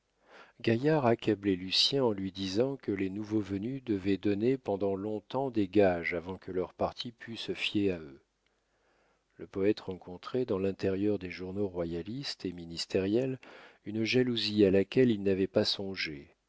accablait lucien en lui disant que les nouveaux venus devaient donner pendant long-temps des gages avant que leur parti pût se fier à eux le poète rencontrait dans l'intérieur des journaux royalistes et ministériels une jalousie à laquelle il n'avait pas songé